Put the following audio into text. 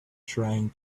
trying